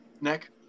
Nick